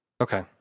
Okay